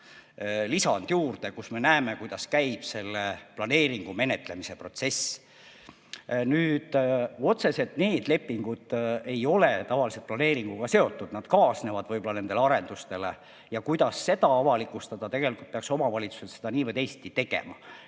lisand, kust me näeme, kuidas käib selle planeeringu menetlemise protsess. Nüüd, otseselt need lepingud ei ole tavaliselt planeeringuga seotud, need kaasnevad nende arendustega. Ja kuidas seda avalikustada – tegelikult peaksid omavalitsused seda nii või teisiti tegema.